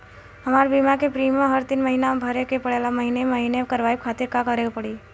हमार बीमा के प्रीमियम हर तीन महिना में भरे के पड़ेला महीने महीने करवाए खातिर का करे के पड़ी?